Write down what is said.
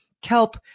Kelp